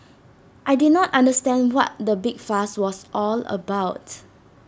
and I did not understand what the big fuss was all about